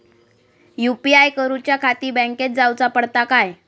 UPI करूच्याखाती बँकेत जाऊचा पडता काय?